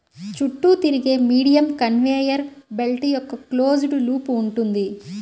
చుట్టూ తిరిగే medium conveyor belt యొక్క క్లోజ్డ్ లూప్ ఉంటుంది